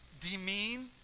demean